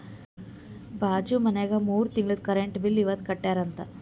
ಬಾಜು ಮನ್ಯಾಗ ಮೂರ ತಿಂಗುಳ್ದು ಕರೆಂಟ್ ಬಿಲ್ ಇವತ್ ಕಟ್ಯಾರ ಅಂತ್